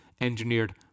engineered